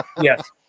Yes